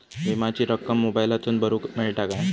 विमाची रक्कम मोबाईलातसून भरुक मेळता काय?